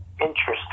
Interesting